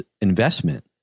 investment